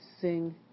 Sing